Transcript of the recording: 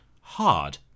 hard